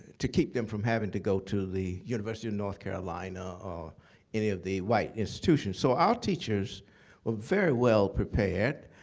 to keep them from having to go to the university of north carolina, or any of the white institutions. so our teachers were very well prepared.